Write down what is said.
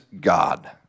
God